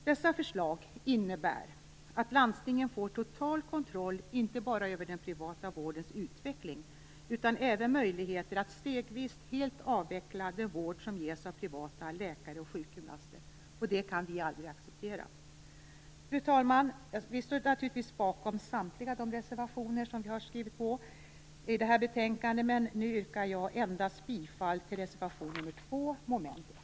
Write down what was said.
Dessa förslag innebär att landstingen får total kontroll inte bara över den privata vårdens utveckling utan även möjlighet att stegvis helt avveckla den vård som ges av privata läkare och sjukgymnaster. Detta kan vi aldrig acceptera. Fru talman! Vi står naturligtvis bakom samtliga de reservationer som vi har skrivit under i detta betänkande, men jag yrkar nu bifall endast till reservation nr 2 under mom. 1.